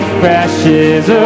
crashes